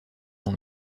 dans